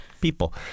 people